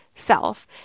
self